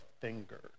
finger